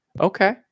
Okay